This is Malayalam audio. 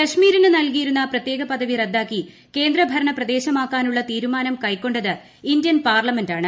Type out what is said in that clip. കശ്മീരിന് നൽകിയിരുന്ന പ്രത്യേക പദവി റദ്ദാക്കി കേന്ദ്ര ഭരണപ്രദേശമാക്കാനുള്ള തീരുമാനം കൈക്കൊണ്ടത് ഇന്ത്യൻ പാർലമെന്റാണ്